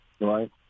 Right